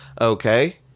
Okay